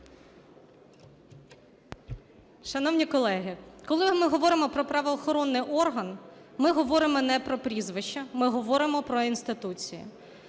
Шановні колеги, коли ми говоримо про правоохоронний орган, ми говоримо не про прізвища, ми говоримо про інституції.